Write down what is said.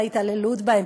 על ההתעללות בהם,